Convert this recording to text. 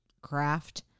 craft